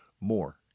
more